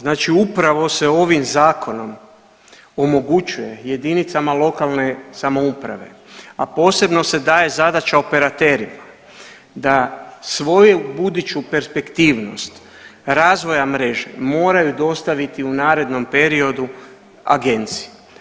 Znači upravo se ovim zakonom omogućuje jedinicama lokalne samouprave, a posebno se daje zadaća operaterima da svoju buduću perspektivnost razvoja mreže moraju dostaviti u narednom periodu agenciji.